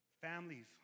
families